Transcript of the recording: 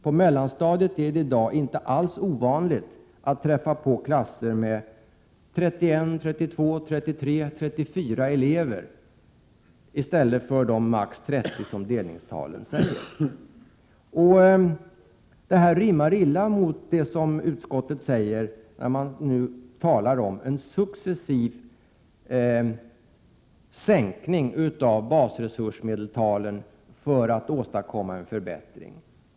På mellanstadiet är det i dag inte alls ovanligt att man träffar på klasser med ända upp till 34 elever i stället för de maximala 30, som är delningstalet. Detta rimmar illa med vad utskottet säger när man talar om en successiv sänkning av basresursmedeltalet för att åstadkomma en förbättring.